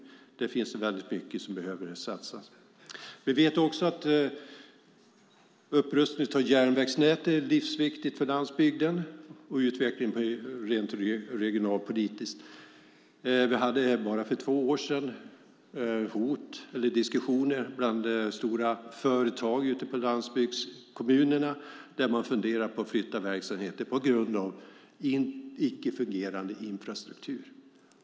Där behöver det satsas väldigt mycket. Vi vet också att upprustningen av järnvägsnätet är livsviktig för landsbygden och utvecklingen rent regionalpolitiskt. Det förekom för bara två år sedan hot eller diskussioner bland stora företag ute i landsbygdskommunerna där man funderade på att flytta verksamheter på grund av icke fungerande infrastruktur.